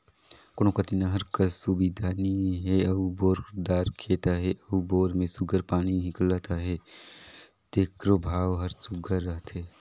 कोनो कती नहर कर सुबिधा नी हे अउ बोर दार खेत अहे अउ बोर में सुग्घर पानी हिंकलत अहे तेकरो भाव हर सुघर रहथे